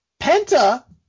Penta